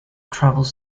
travels